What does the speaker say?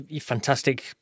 fantastic